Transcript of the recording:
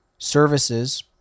services